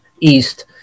east